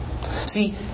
See